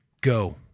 go